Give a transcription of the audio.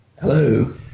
Hello